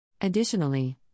Additionally